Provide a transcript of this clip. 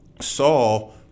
Saul